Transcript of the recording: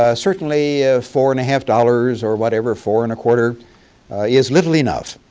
ah certainly ah four and a half dollars or whatever four and quarter is little enough.